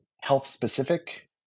health-specific